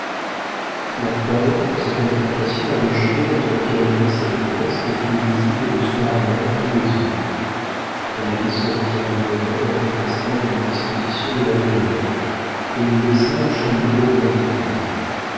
la froideur que cette altercation avait jetée entre canalis et modeste fut visible le soir même à tous les yeux canalis se retira de bonne heure en prétextant de l'indisposition de la brière et il laissa le champ libre au grand écuyer